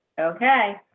okay